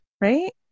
right